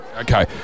Okay